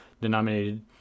denominated